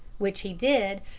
which he did,